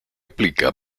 aplica